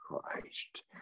Christ